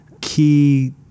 key